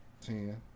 Ten